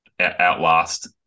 outlast